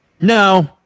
No